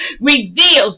reveals